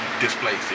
displaced